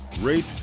rate